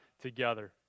together